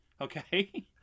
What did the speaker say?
Okay